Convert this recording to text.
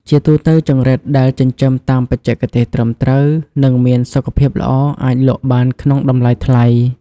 ជាទូទៅ ចង្រិតដែលចិញ្ចឹមតាមបច្ចេកទេសត្រឹមត្រូវ និងមានសុខភាពល្អ អាចលក់បានក្នុងតម្លៃថ្លៃ។